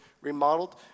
remodeled